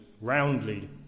roundly